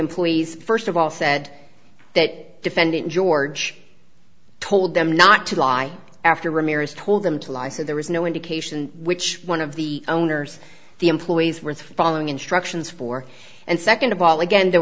employees first of all said that defendant george told them not to lie after ramirez told them to lie so there was no indication which one of the owners the employees were following instructions for and second of all again there